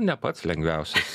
ne pats lengviausias